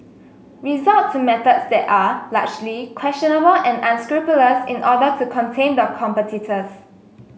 resort to methods that are largely questionable and unscrupulous in order to contain their competitors